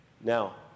Now